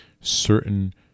Certain